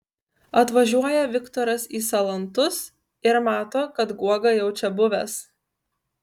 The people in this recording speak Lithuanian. atvažiuoja viktoras į salantus ir mato kad guoga jau čia buvęs